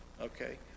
okay